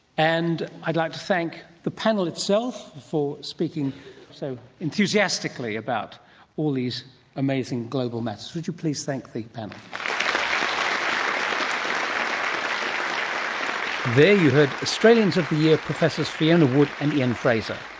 and i'd like to thank the panel itself for speaking so enthusiastically about all these amazing global matters. would you please thank the panel. um and you heard australians of the year, professors fiona wood and ian fraser.